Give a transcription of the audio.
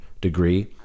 degree